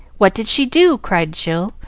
what did she do? cried jill,